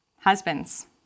Husbands